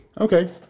Okay